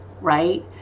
right